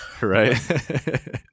Right